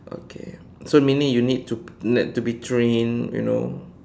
okay so meaning you need to need to be trained you know